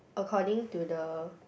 according to the